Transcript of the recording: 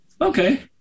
Okay